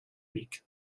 week